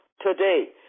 today